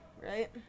right